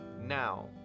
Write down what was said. Now